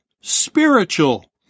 spiritual